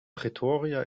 pretoria